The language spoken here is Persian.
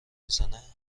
میزنه